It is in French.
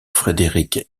frederick